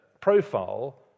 profile